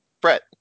Brett